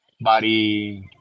body